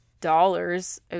dollars